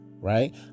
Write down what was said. Right